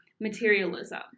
materialism